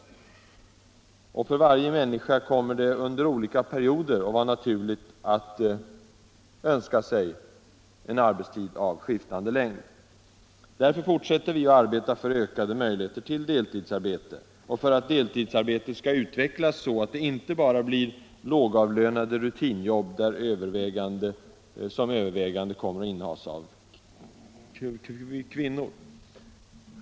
— andra arbetstidsfrå Och för varje människa kommer det under olika perioder att vara naturligt — gor att önska sig en arbetstid av skiftande längd. Därför fortsätter vi att arbeta för ökade möjligheter till deltidsarbete och för att deltidsarbetet skall utvecklas så att det inte bara blir lågavlönade rutinjobb, som till största delen kommer att innehas av kvinnor.